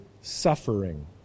suffering